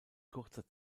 kurzer